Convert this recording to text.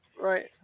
right